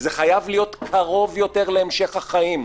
זה חייב להיות קרוב יותר להמשך החיים,